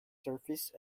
surface